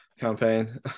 campaign